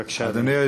בבקשה, אדוני.